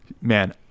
Man